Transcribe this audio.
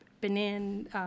Benin